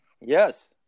Yes